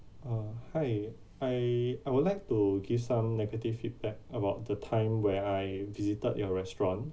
uh hi I I would like to give some negative feedback about the time where I visited your restaurant